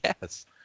yes